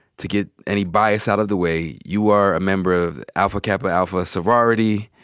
to get any bias out of the way. you are a member of alpha kappa alpha sorority,